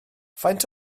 faint